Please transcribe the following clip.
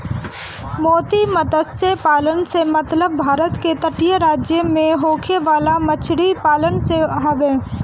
मोती मतस्य पालन से मतलब भारत के तटीय राज्य में होखे वाला मछरी पालन से हवे